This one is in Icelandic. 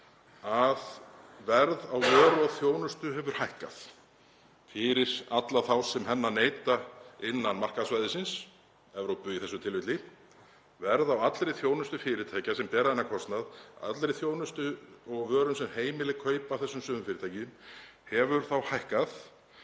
að verð á vöru og þjónustu hefur hækkað fyrir alla þá sem neyta þeirra innan markaðssvæðisins, Evrópu í þessu tilfelli. Verð á allri þjónustu fyrirtækja sem bera þennan kostnað, allri þjónustu og vörum sem heimilin kaupa af þessum sömu fyrirtækjum hefur hækkað.